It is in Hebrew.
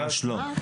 ממש לא.